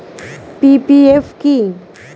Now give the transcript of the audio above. PPF কি?